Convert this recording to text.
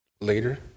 later